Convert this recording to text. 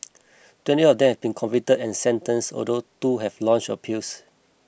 twenty of them been convicted and sentenced although two have launched appeals